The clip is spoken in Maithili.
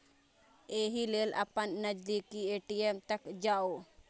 एहि लेल अपन नजदीकी ए.टी.एम तक जाउ